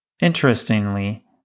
Interestingly